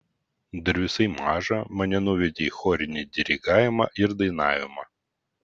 dar visai mažą mane nuvedė į chorinį dirigavimą ir dainavimą